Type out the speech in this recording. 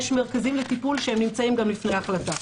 יש מרכזים לטיפול שנמצאים גם לפני ההחלטה.